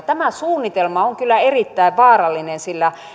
tämä suunnitelma on kyllä erittäin vaarallinen sillä